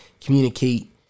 communicate